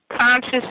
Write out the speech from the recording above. conscious